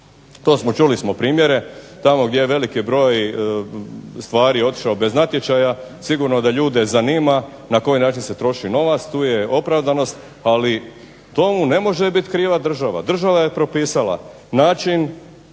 Čuli smo primjere. Tamo gdje je veliki stvari otišao bez natječaja, sigurno da ljude zanima na koji način se troši novac, tu je opravdanost. Ali tomu ne može biti kriva država. Država je propisala način